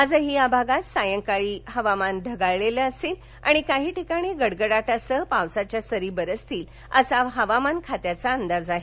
आजही या भागात सायंकाळी हवामान ढगाळलेलं असेल आणि काही ठिकाणी गडगडाटासह पावसाच्या सरी बरसतील असा हवामान खात्याचा अंदाज आहे